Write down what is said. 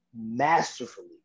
masterfully